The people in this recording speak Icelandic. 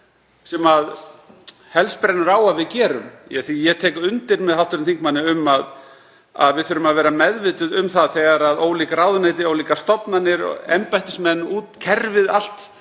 sem helst brennur á að við gerum. En ég tek undir með hv. þingmanni um að við þurfum að vera meðvituð um það þegar ólík ráðuneyti, ólíkar stofnanir og embættismenn og kerfið allt